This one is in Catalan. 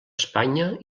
espanya